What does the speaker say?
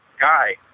Guy